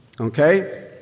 okay